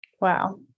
Wow